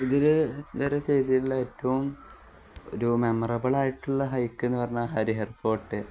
ഇതു വരെ ചെയ്തിട്ടുള്ള ഏറ്റവും ഒരു മെമ്മറബിളായിട്ടുള്ള ഹൈക്കെന്നു പറഞ്ഞാല് ഹരിഹർ ഫോർട്ട്